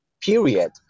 period